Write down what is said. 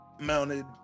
Mounted